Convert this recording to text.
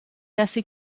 assez